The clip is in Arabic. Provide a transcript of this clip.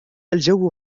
الجو